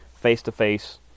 face-to-face